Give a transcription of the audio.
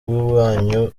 wanyu